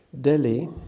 Delhi